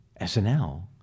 SNL